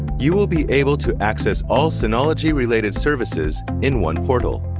you will be able to access all synology related services in one portal.